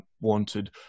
wanted